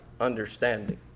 understanding